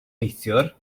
neithiwr